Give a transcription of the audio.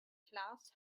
klaas